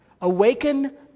Awaken